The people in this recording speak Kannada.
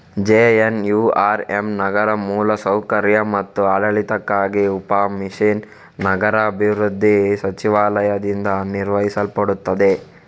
ಜೆ.ಎನ್.ಯು.ಆರ್.ಎಮ್ ನಗರ ಮೂಲ ಸೌಕರ್ಯ ಮತ್ತು ಆಡಳಿತಕ್ಕಾಗಿ ಉಪ ಮಿಷನ್ ನಗರಾಭಿವೃದ್ಧಿ ಸಚಿವಾಲಯದಿಂದ ನಿರ್ವಹಿಸಲ್ಪಡುತ್ತದೆ